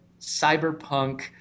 cyberpunk